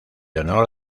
honor